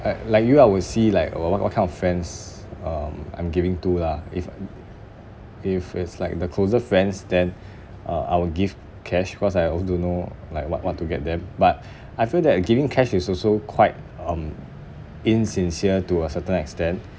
like like you I will see like what what kind of friends um I'm giving to lah if if it's like the closer friends then uh I will give cash cause I also don't know like what what to get them but I feel that giving cash is also quite um insincere to a certain extent